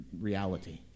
reality